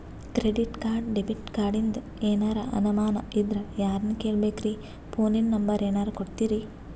Credit card, debit ಕಾರ್ಡಿಂದ ಏನರ ಅನಮಾನ ಇದ್ರ ಯಾರನ್ ಕೇಳಬೇಕ್ರೀ, ಫೋನಿನ ನಂಬರ ಏನರ ಕೊಡ್ತೀರಿ?